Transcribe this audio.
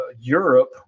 Europe